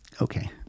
Okay